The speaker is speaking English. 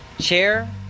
chair